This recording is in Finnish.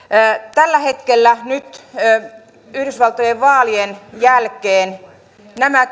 tällä hetkellä nyt yhdysvaltojen vaalien jälkeen nämä